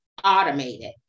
Automated